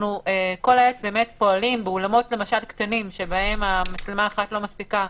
אנחנו כל העת פועלים למשל באולמות קטנים שבהם מצלמה אחת לא מספיקה,